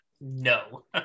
No